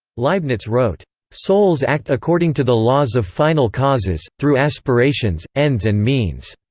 leibniz wrote souls act according to the laws of final causes, through aspirations, ends and means.